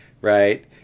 right